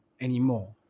anymore